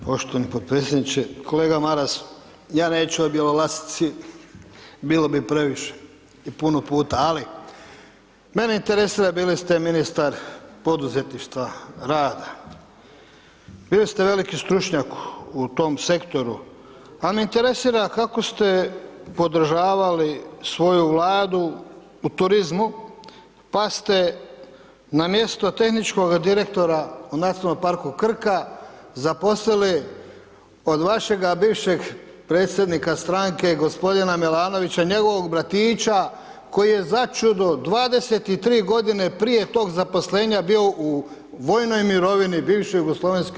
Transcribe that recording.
Poštovani podpredsjedniče, kolega Maras ja neću o Bjelolasici bilo bi previše i puno puta, ali mene interesira bili ste ministar poduzetništva, rada, bili ste veliki stručnjak u tom sektoru, pa me interesira kako ste podržavali svoju vladu u turizmu pa ste na mjesto tehničkoga direktora u Nacionalnom parku Krka zaposlili od vašega bivšeg predsjednika stranke gospodina Milanovića njegovog bratića koji je začudo 23 godine prije tog zaposlenja bio u vojnoj mirovini bivše JNA.